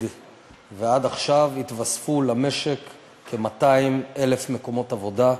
ועד עכשיו התווספו למשק כ-200,000 מקומות עבודה.